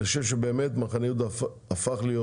אני חושב שמחנה יהודה באמת הפך להיות